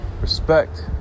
Respect